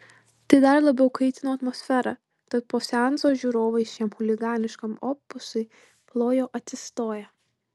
tai dar labiau kaitino atmosferą tad po seanso žiūrovai šiam chuliganiškam opusui plojo atsistoję